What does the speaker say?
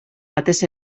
batez